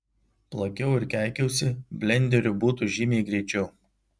plakiau ir keikiausi blenderiu būtų žymiai greičiau